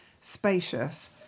spacious